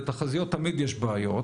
בתחזיות יש תמיד בעיות,